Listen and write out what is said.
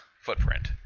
footprint